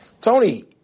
Tony